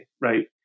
right